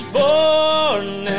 born